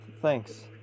Thanks